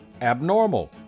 abnormal